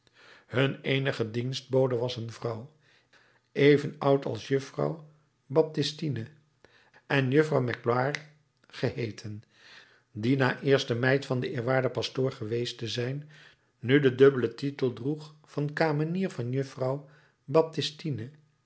hun eenige dienstbode was een vrouw even oud als juffrouw baptistine en juffrouw magloire geheeten die na eerst de meid van den eerwaarden pastoor geweest te zijn nu den dubbelen titel droeg van kamenier van juffrouw baptistine